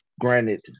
granted